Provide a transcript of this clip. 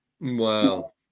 Wow